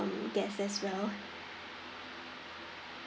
um guests as well